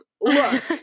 look